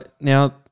Now